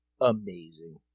amazing